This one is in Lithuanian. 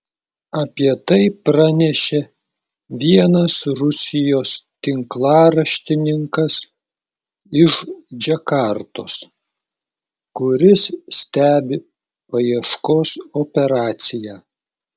apie tai pranešė vienas rusijos tinklaraštininkas iš džakartos kuris stebi paieškos operaciją